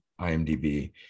IMDB